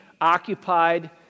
occupied